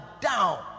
down